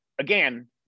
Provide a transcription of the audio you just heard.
again